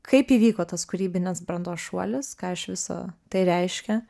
kaip įvyko tas kūrybinės brandos šuolis ką iš viso tai reiškia